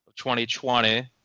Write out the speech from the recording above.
2020